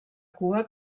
cua